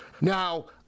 Now